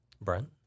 Brent